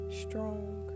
strong